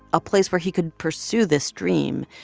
a place where he could pursue this dream.